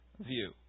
view